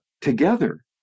together